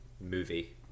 movie